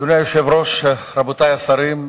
אדוני היושב-ראש, רבותי השרים,